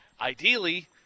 ideally